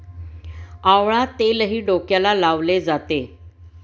आवळा तेलही डोक्याला लावले जाते